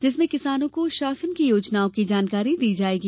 जिसमें किसानों को शासन की योजनाओं की जानकारी दी जायेगी